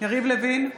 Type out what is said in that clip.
יריב לוין,